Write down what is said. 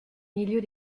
milieu